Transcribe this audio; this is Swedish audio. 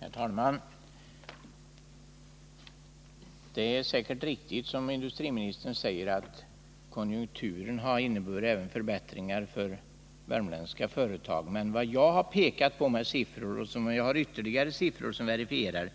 Herr talman! Det är säkert riktigt, som industriministern säger, att konjunkturen har inneburit förbättringar även för värmländska företag. Men vad jag har pekat på med siffror — och jag har mer siffror som verifierar